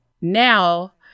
Now